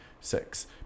six